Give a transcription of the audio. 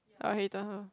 I hated her